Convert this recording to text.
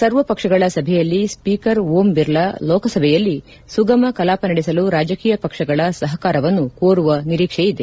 ಸರ್ವಪಕ್ಷಗಳ ಸಭೆಯಲ್ಲಿ ಸ್ವೀಕರ್ ಓಂಬಿರ್ಲಾ ಲೋಕಸಭೆಯಲ್ಲಿ ಸುಗಮ ಕಲಾಪ ನಡೆಸಲು ರಾಜಕೀಯ ಪಕ್ಷಗಳ ಸಹಕಾರವನ್ನು ಕೋರುವ ನಿರೀಕ್ಷೆಯಿದೆ